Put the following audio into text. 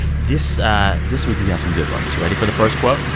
this ah this week, we have some good ones. ready for the first quote?